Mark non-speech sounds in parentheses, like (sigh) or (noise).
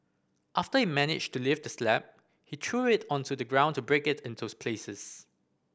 after he managed to lift the slab he threw it onto the ground to break it into (unintelligible) pieces